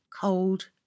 cold